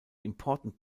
important